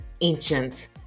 ancient